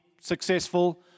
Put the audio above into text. successful